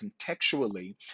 contextually